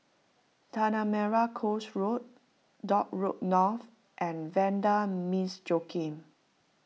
Tanah Merah Coast Road Dock Road North and Vanda Miss Joaquim